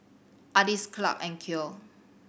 Ardis Clarke and Cleo